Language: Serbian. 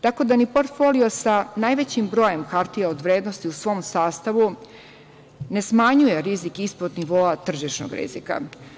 Tako da ni portfolio sa najvećim brojem hartija od vrednosti, u svom sastavu ne smanjuje rizik ispod nivoa tržišnog rizika.